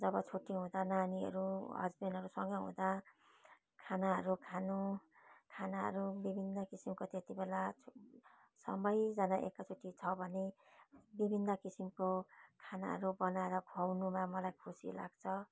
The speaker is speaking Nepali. जब छुट्टी हुँदा नानीहरू हस्बेन्डहरू सँगै हुँदा खानाहरू खानु खानाहरू विभिन्न किसिमको त्यतिबेला सबैजना एकैचोटि छ भने विभिन्न किसिमको खानाहरू बनाएर खुवाउनुमा मलाई खुसी लाग्छ